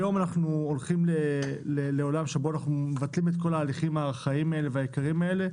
אנחנו היום הולכים לעולם שבו אנחנו מבטלים את כל ההליכים היקרים האלה.